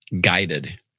guided